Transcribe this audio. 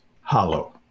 hollow